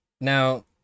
Now